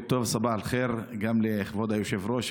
בוקר טוב, סבאח אל-ח'יר גם לכבוד היושב-ראש.